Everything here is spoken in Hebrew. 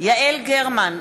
יעל גרמן,